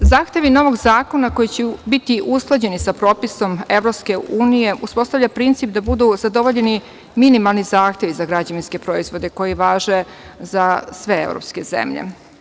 Zahtevi novog zakona koji će biti usklađeni sa propisom EU uspostavlja princip da budu zadovoljeni minimalni zahtevi za građevinske proizvode koji važe za sve evropske zemlje.